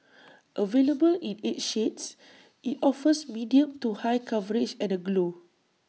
available in eight shades IT offers medium to high coverage and A glow